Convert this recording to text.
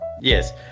yes